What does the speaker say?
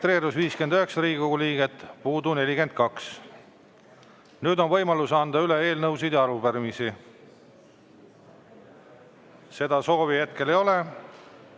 registreerus 59 Riigikogu liiget, puudub 42. Nüüd on võimalus anda üle eelnõusid ja arupärimisi. Seda soovi hetkel ei ole.